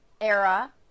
era